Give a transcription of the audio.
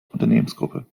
unternehmensgruppe